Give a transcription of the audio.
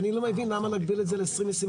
אני לא מבין למה להגביל את זה ל-2025.